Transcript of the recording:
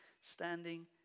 standing